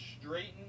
straighten